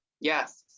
Yes